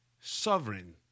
Sovereign